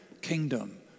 kingdom